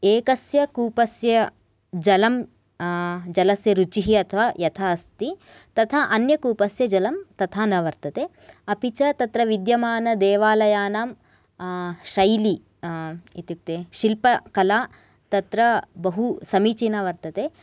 एकस्य कूपस्य जलं जलस्य रुचिः अथवा यथा अस्ति तथा अन्यकूपस्य जलं तथा न वर्तते अपि च तत्र विद्यमानदेवालयानाम् शैली इत्युक्ते शिल्पकला तत्र बहुसमीचीना वर्तते